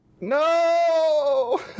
No